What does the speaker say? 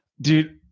Dude